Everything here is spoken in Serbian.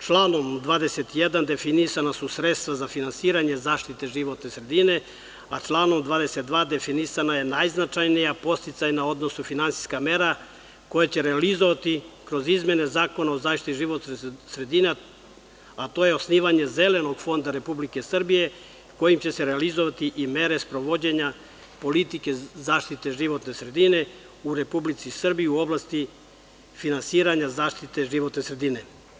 Članom 21. definisana su sredstava za finansiranje zaštite životne sredine, a članom 22. definisana je najznačajnija podsticajna, odnosno finansijska mera koja će realizovati kroz izmene Zakona o zaštiti životne sredine, a to je osnivanje zelenog fonda Republike Srbije, kojim će se realizovati i mere sprovođenja politike zaštite životne sredine u Republici Srbiji u oblasti finansiranja zaštite životne sredine.